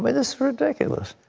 but it is ridiculous.